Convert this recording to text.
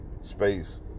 space